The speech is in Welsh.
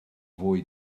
fwy